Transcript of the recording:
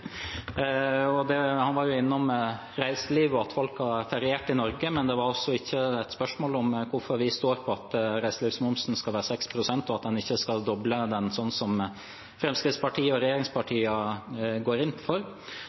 var innom reiselivet og at folk har feriert i Norge, men det var ikke et spørsmål om hvorfor vi står på at reiselivsmomsen skal være 6 pst., og at en ikke skal doble den, slik som Fremskrittspartiet og regjeringspartiene går inn for.